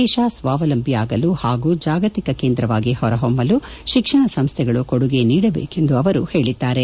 ದೇಶ ಸ್ವಾವಲಂಬಿಯಾಗಲು ಹಾಗೂ ಜಾಗತಿಕ ಕೇಂದ್ರವಾಗಿ ಹೊರ ಹೊಮ್ನಲು ಶಿಕ್ಷಣ ಸಂಸ್ಥೆಗಳು ಕೊಡುಗೆ ನೀಡಬೇಕು ಎಂದು ಹೇಳಿದ್ದಾರೆ